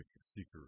seeker